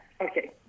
Okay